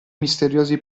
misteriosi